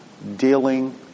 Dealing